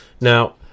Now